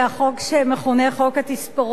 החוק שמכונה "חוק התספורות",